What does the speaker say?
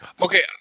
Okay